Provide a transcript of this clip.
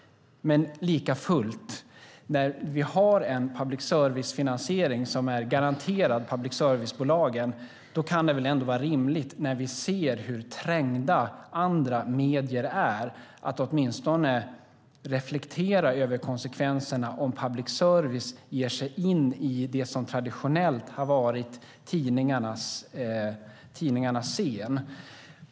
Likafullt, när vi har en public service-finansiering som är garanterad public service-bolagen kan det väl ändå vara rimligt när vi ser hur trängda andra medier är att åtminstone reflektera över konsekvenserna om public service ger sig in i det som traditionellt har varit tidningarnas scen.